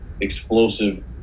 explosive